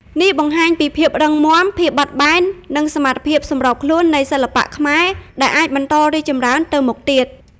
នេះបង្ហាញពីភាពរឹងមាំ ភាពបត់បែន និងសមត្ថភាពសម្របខ្លួននៃសិល្បៈខ្មែរ ដែលអាចបន្តរីកចម្រើនទៅមុខទៀត។